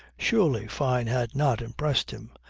surely fyne had not impressed him.